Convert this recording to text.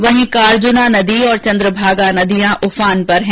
वहीं कार्जुना नदी और चंद्रभंगा नदी उफान पर हैं